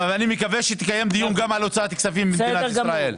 אני מקווה שתקיים דיון גם על הוצאת כספים במדינת ישראל.